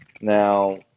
Now